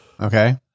Okay